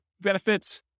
benefits